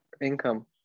income